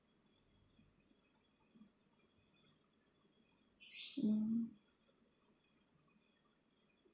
mm